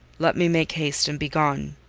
let me make haste and be gone.